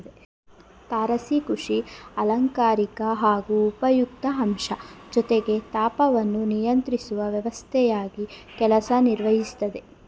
ತಾರಸಿ ಕೃಷಿ ಅಲಂಕಾರಿಕ ಹಾಗೂ ಉಪಯುಕ್ತ ಅಂಶ ಜೊತೆಗೆ ತಾಪವನ್ನು ನಿಯಂತ್ರಿಸುವ ವ್ಯವಸ್ಥೆಯಾಗಿ ಕೆಲಸ ನಿರ್ವಹಿಸ್ತದೆ